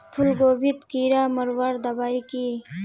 फूलगोभीत कीड़ा मारवार दबाई की?